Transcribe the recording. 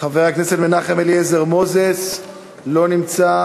חבר הכנסת מנחם אליעזר מוזס, לא נמצא.